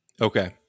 Okay